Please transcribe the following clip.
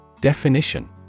Definition